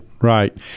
Right